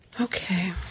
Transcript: okay